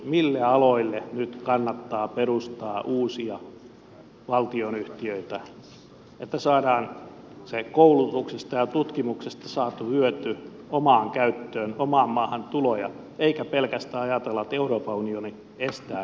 mille aloille nyt kannattaa perustaa uusia valtionyhtiöitä että saadaan se koulutuksesta ja tutkimuksesta saatu hyöty omaan käyttöön omaan maahan tuloja eikä pelkästään ajatella että euroopan unioni estää kaiken meiltä